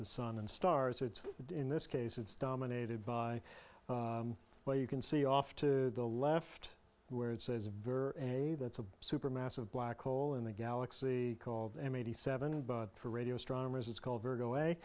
sun and stars it's in this case it's dominated by well you can see off to the left where it says very a that's a super massive black hole in the galaxy called m eighty seven and for radio a